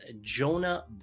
Jonah